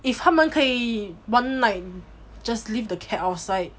if 他们可以 one night just leave the cat outside